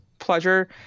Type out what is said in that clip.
pleasure